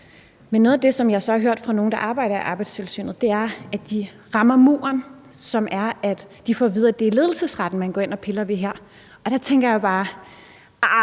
noget af det, som jeg så har hørt fra nogen, der arbejder i Arbejdstilsynet, er, at de rammer muren, som er, at de får at vide, at det er ledelsesretten, man går ind og piller ved her, og der tænker jeg bare: Arh,